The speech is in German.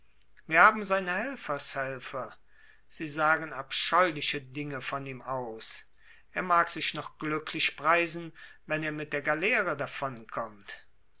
wir haben seine helfershelfer sie sagen abscheuliche dinge von ihm aus er mag sich noch glücklich preisen wenn er mit der galeere